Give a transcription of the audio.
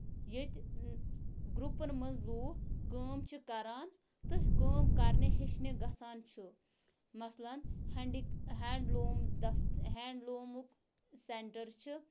ییٚتہِ گروپَن منٛز لوٗکھ کٲم چھِ کران تہٕ کٲم کَرنہِ ہٮ۪چھنہِ گژھان چھُ مَثلن ہینڈی ہینڈلوٗم دَف ہینٛڈلوٗمُک سینٹر چھِ